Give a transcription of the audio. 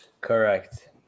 Correct